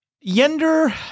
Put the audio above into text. Yender